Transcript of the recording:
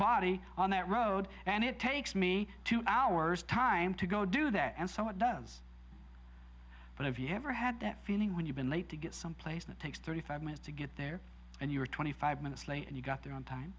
body on that road and it takes me two hours time to go do that and so what does but have you ever had that feeling when you've been late to get someplace that takes thirty five minutes to get there and you were twenty five minutes late and you got there on time